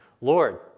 Lord